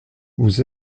vous